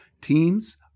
teams